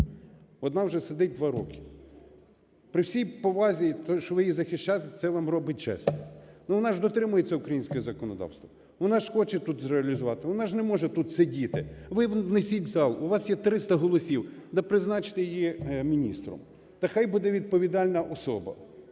Одна вже сидить 2 роки. При всій повазі, те, що ви її захищаєте, це вам робить честь. Ну, вона ж дотримується українського законодавства? Вона ж хоче тут зреалізувати? Вона ж не може тут сидіти? Ви внесіть в зал, у вас є 300 голосів - та призначте її міністром. Та хай буде відповідальна особа.